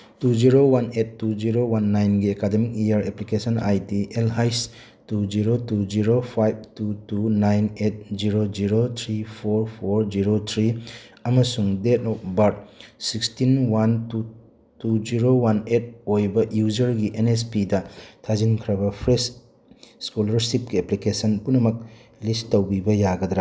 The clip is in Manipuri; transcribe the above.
two zero one eight two zero one ꯅꯥꯏꯟꯒꯤ academic year application I D L ꯍꯩꯁ two zero two zero five two two nine eight zero zero three four four zero three ꯑꯃꯁꯨꯡ date of birth sixteen one two zero eight ꯑꯣꯏꯕ ꯌꯨꯖꯔꯒꯤ ꯑꯦꯟ ꯑꯦꯁ ꯄꯤꯗ ꯊꯥꯖꯤꯟꯈ꯭ꯔꯕ ꯐ꯭ꯔꯦꯁ ꯏꯁꯀꯣꯂꯥꯔꯁꯤꯞꯀꯤ ꯑꯦꯄ꯭ꯂꯤꯀꯦꯁꯟ ꯄꯨꯝꯅꯃꯛ ꯂꯤꯁ ꯇꯧꯕꯤꯕ ꯌꯥꯒꯗ꯭ꯔꯥ